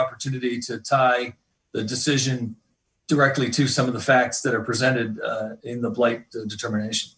opportunity to tie the decision directly to some of the facts that are presented in the blight determination